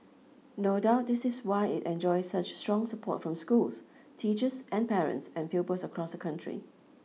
no doubt this is why it enjoys such strong support from schools teachers and parents and pupils across the country